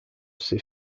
ses